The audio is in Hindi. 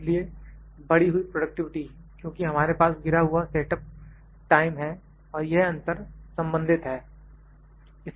इसलिए बढ़ी हुई प्रॉडुकटिव़िटी क्योंकि हमारे पास गिरा हुआ सेटअप टाइम है और यह अंतर संबंधित है